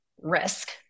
risk